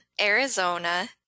Arizona